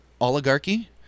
Oligarchy